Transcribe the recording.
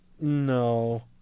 No